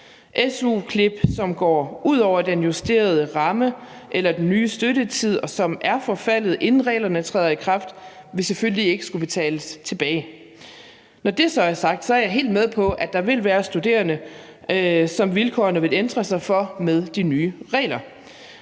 Su-klip, som går ud over den justerede ramme eller den nye støttetid, og som er forfaldet, inden reglerne træder i kraft, vil selvfølgelig ikke skulle betales tilbage. Når det så er sagt, er jeg helt med på, at der vil være studerende, som vilkårene vil ændre sig for med de nye regler.